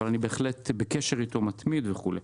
אבל אני בהחלט נמצא איתו בקשר מתמיד וכולי.